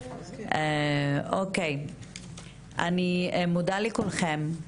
אוקיי, אני מודה לכולכם,